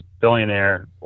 billionaire